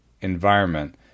environment